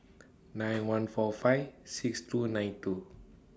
nine one four five six two nine two